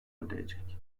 ödeyecek